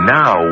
now